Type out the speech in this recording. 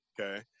okay